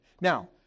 Now